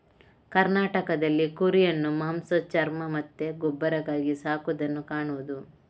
ಕರ್ನಾಟಕದಲ್ಲಿ ಕುರಿಯನ್ನ ಮಾಂಸ, ಚರ್ಮ ಮತ್ತೆ ಗೊಬ್ಬರಕ್ಕಾಗಿ ಸಾಕುದನ್ನ ಕಾಣುದು